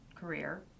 career